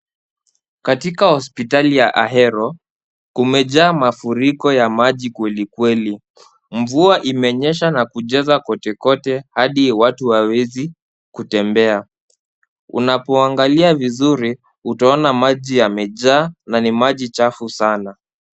Katika hospitali ya Ahero kumejaa mafuriko ya maji kweli kweli. Mvua imenyesha na kujaza kotekote hadi watu hawawezi kutembea. Unapoangalia vizuri utaona maji yamejaa na ni maji chafu sana.